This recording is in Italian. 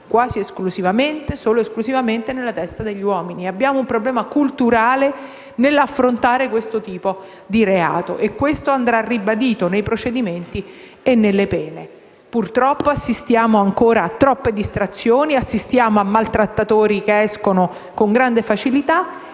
quasi esclusivamente o solo ed esclusivamente nella testa degli uomini. Abbiamo un problema culturale nell'affrontare questo tipo di reato e ciò dovrà essere ribadito nei procedimenti e nelle pene. Purtroppo assistiamo ancora a troppe distrazioni, a maltrattatori che escono dal carcere con grande facilità